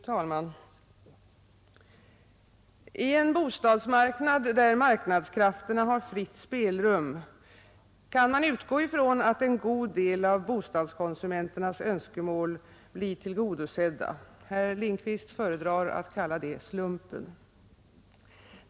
Fru talman! I en bostadsmarknad där marknadskrafterna har fritt spelrum kan man utgå ifrån att en god del av bostadskonsumenternas önskemål blir tillgodosedda — herr Lindkvist föredrar att kalla det slumpen.